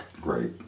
Great